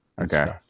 Okay